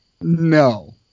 No